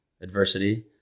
adversity